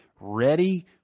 ready